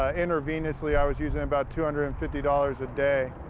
ah intravenously, i was using about two hundred and fifty dollars a day.